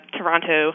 Toronto